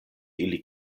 ili